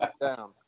down